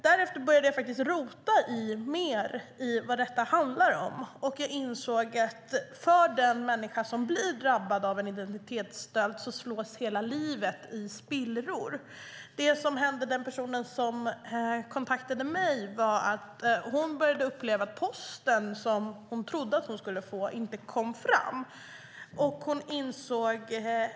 Jag började rota i vad det handlar om och insåg att för den som drabbas av en identitetsstöld slås hela livet i spillror. Det som hände den person som kontaktade mig var att hon upplevde att post som hon trodde att hon skulle få inte kom fram.